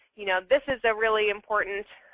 you know this is a really important